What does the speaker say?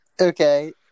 Okay